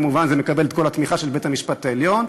זה כמובן מקבל את כל התמיכה של בית-המשפט העליון,